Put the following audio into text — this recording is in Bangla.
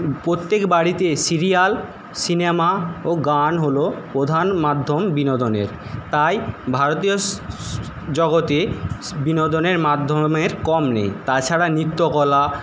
প্রত্যেক বাড়িতে সিরিয়াল সিনেমা ও গান হল প্রধান মাধ্যম বিনোদনের তাই ভারতীয় জগতে বিনোদনের মাধ্যমের কম নেই তাছাড়া নৃত্যকলা